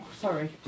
Sorry